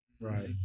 Right